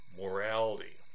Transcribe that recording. morality